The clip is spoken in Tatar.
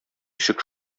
ишек